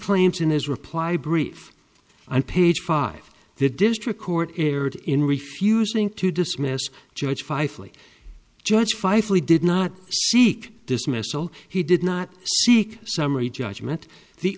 claims in his reply brief on page five the district court erred in refusing to dismiss judge five flea judge five we did not seek dismissal he did not seek summary judgment the